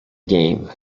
game